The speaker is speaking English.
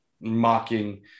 mocking